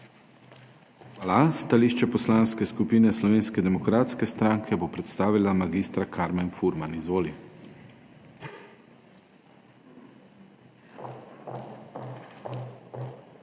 Hvala. Stališče Poslanske skupine Slovenske demokratske stranke bo predstavila mag. Karmen Furman. Izvoli.